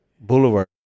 boulevard